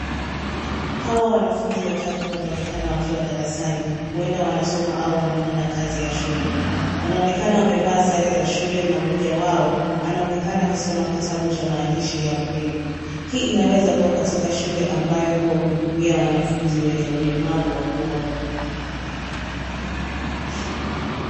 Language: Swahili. Hawa wanafunzi watatu wanaonekana wakiwa darasani. Huenda wanasoma au wanafanya kazi ya shule. Wanaonekana wamevaa sare za shule na mmoja wao anaonekana akisoma kitabu cha maandishi ya braile . Hii inaweza kuwa katika shule ambayo huwahudumia wanafunzi wenye ulemavu wa kuona.